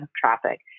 traffic